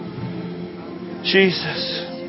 Jesus